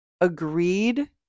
agreed